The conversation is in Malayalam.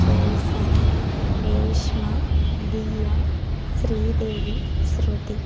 ജ്യോത്സന രേഷ്മ ലിയ ശ്രീദേവി ശ്രുതി